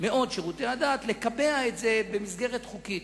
מאוד שירותי הדת, הוא לקבע את זה במסגרת חוקית.